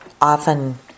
often